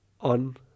on